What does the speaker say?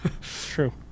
true